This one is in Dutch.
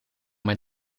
mijn